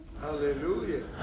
Hallelujah